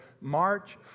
March